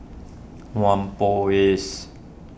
Whampoa East